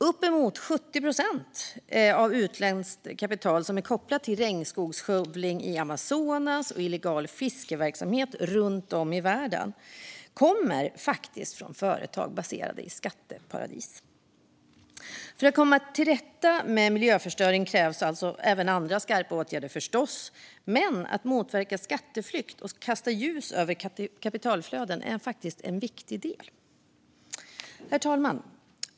Uppemot 70 procent av utländskt kapital som är kopplat till regnskogsskövling i Amazonas och illegal fiskeverksamhet runt om i världen kommer från företag baserade i skatteparadis. För att komma till rätta med miljöförstöring krävs förstås även andra skarpa åtgärder, men att motverka skatteflykt och kasta ljus över kapitalflöden är faktiskt en viktig del. Herr talman!